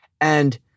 And-